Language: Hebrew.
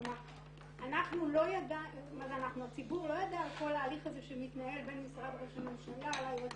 כלומר הציבור לא ידע על ההליך הזה שמתנהל בין משרד ראש הממשלה ליועץ